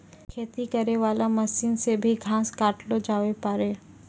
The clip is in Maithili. खेती करै वाला मशीन से भी घास काटलो जावै पाड़ै